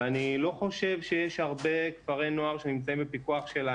ואני לא חושב שיש הרבה כפרי נוער שנמצאים בפיקוח שלנו,